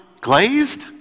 glazed